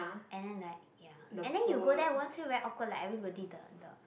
and then like ya and then you go there won't feel very awkward like everybody the the